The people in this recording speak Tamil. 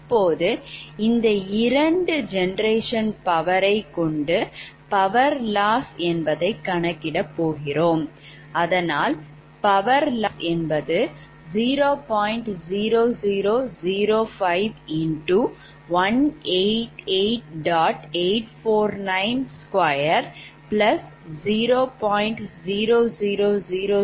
இப்போது இந்த இரண்டு ஜெனரேஷன் பவரை கொண்டு power loss யை கணக்கிடபோகிறோம்